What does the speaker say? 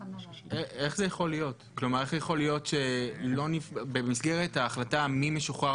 איך יכול להיות שבמסגרת ההחלטה מי משוחרר